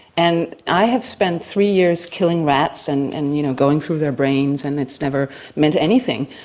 and i have spent three years killing rats and and you know going through their brains and it's never meant anything.